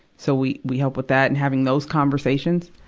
so we, we help with that and having those conversations.